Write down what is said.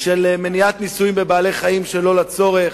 של מניעת ניסויים בבעלי-חיים שלא לצורך,